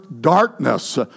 darkness